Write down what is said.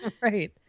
Right